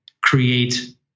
create